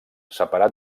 separat